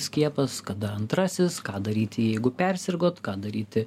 skiepas kada antrasis ką daryti jeigu persirgot ką daryti